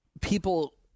people